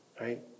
right